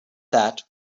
that